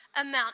amount